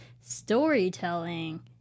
Storytelling